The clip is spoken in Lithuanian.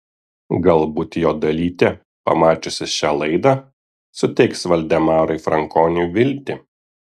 galbūt jo dalytė pamačiusi šią laidą suteiks valdemarui frankoniui viltį